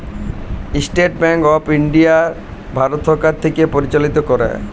State Bank of India Bharat সরকার থ্যাকে পরিচালিত ক্যরে